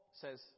says